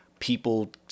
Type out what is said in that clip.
People